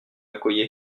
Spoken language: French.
accoyer